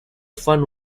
fund